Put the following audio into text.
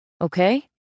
okay